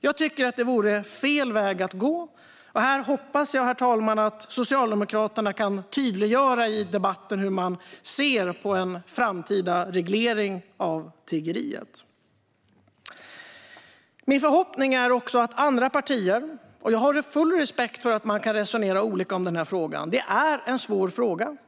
Jag tycker att det vore fel väg att gå, och jag hoppas, herr talman, att Socialdemokraterna kan tydliggöra här i debatten hur man ser på en framtida reglering av tiggeriet. Jag har full respekt för att man kan resonera olika om den här frågan, för det är en svår fråga.